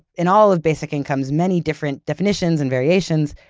in all of basic incomes many different definitions and variations,